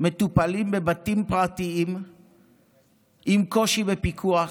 מטופלים בבתים פרטיים עם קושי בפיקוח,